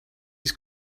his